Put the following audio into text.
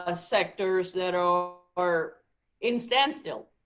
ah sectors that are are in standstill.